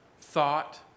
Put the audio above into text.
thought